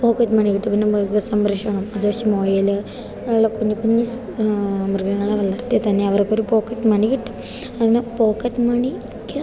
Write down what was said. pocket money കിട്ടും പിന്നെ മൃഗ സംരക്ഷണം അത്യാവശം മുയൽ അല്ല കുഞ്ഞു കുഞ്ഞു മൃഗങ്ങളെ വളർത്തി തന്നെ അവർക്കൊരു പോക്കറ്റ് മണി കിട്ടും അതിന് പോക്കറ്റ് മണിക്ക്